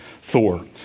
Thor